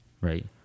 right